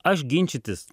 aš ginčytis